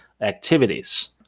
activities